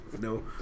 No